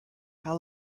how